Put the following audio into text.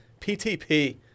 PTP